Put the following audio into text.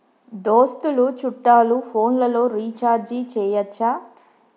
దోస్తులు చుట్టాలు ఫోన్లలో రీఛార్జి చేయచ్చా?